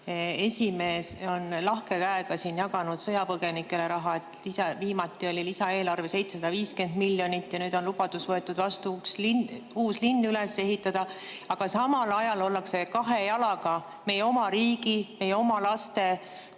esimees on lahke käega jaganud sõjapõgenikele raha, viimati oli lisaeelarve 750 miljonit ja nüüd on [antud] lubadus uus linn üles ehitada. Aga samal ajal ollakse kahe jalaga meie oma riigi, meie oma laste